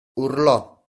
urlò